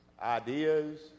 ideas